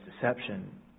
deception